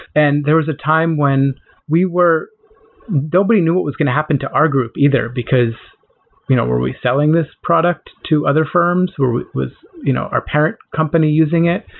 and there was a time when we were nobody knew what was going to happen to our group either, because you know were we selling this product to other firms? was you know our parent company using it?